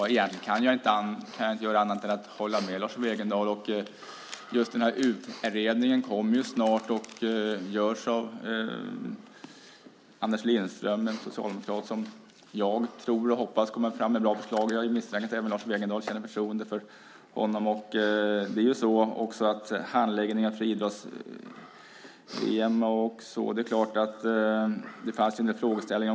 Herr talman! Jag kan egentligen inte göra annat än hålla med Lars Wegendal. Utredningen kommer, som sagt, snart. Utredare är Anders Lindström, en socialdemokrat som jag tror och hoppas kommer med bra förslag. Jag misstänker att även Lars Wegendal känner förtroende för honom. Det är klart att det har varit en del frågeställningar kring handläggningen av friidrotts-VM.